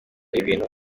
ibintu